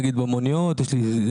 במוניות.